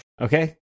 Okay